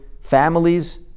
families